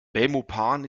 belmopan